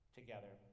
together